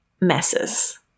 messes